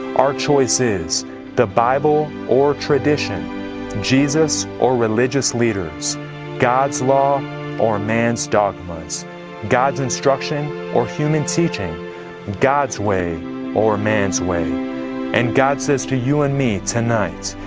our choice is the bible or tradition jesus or religious leaders god's law or man's dogmas god's instruction or human teaching god's way or man's way and god says to you and to me tonight.